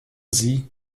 sie